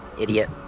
Idiot